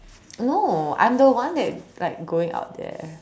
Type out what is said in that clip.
no I am the one that's like going out there